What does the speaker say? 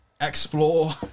explore